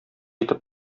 итеп